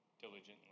diligently